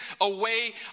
away